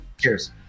Cheers